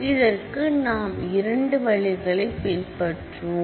இதற்கு நாம் இரண்டு வழிகளை பின்பற்றுவோம்